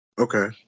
Okay